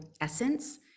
essence